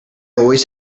always